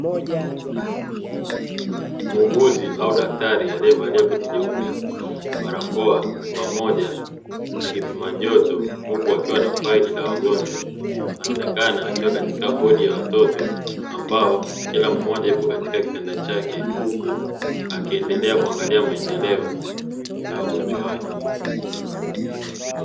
Muuguzi au daktari aliyevalia koti jeupe, barakoa, pamoja na kipima joto; huku akiwa na faili la wagonjwa. Anaonekana akiwa katika wodi ya watoto ambao kila mmoja yupo katika kitanda chake, huku akiendelea kuangalia maendeleo ya wagonjwa wake.